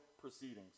proceedings